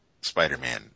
Spider-Man